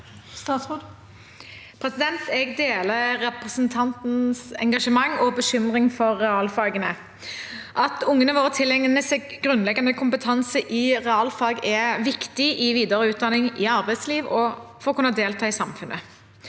Jeg deler representantens engasjement og bekymring for realfagene. At ungene våre tilegner seg grunnleggende kompetanse i realfag, er viktig i videreutdanning, i arbeidsliv og for å kunne delta i samfunnet.